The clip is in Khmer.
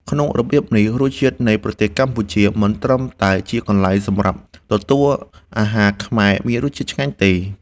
ក្នុងរបៀបនេះ រសជាតិនៃប្រទេសកម្ពុជា មិនត្រឹមតែជាកន្លែងសម្រាប់ទទួលអាហារខ្មែរមានរសជាតិឆ្ងាញ់ទេ